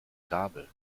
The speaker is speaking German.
gabel